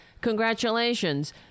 congratulations